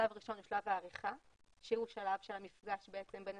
שלב ראשון הוא שלב העריכה שהוא שלב של המפגש בין הצדדים,